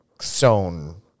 sewn